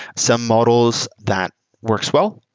some models that works well.